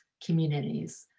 communities.